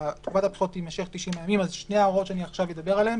ותקופת הבחירות תימשך 90 ימים אז שתי ההערות שאני עכשיו אדבר עליהן,